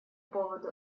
поводу